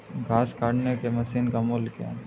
घास काटने की मशीन का मूल्य क्या है?